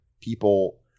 people